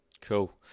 Cool